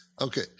Okay